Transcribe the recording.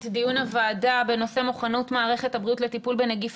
את דיון הוועדה בנושא מוכנות מערכת הבריאות לטיפול בנגיף